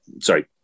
sorry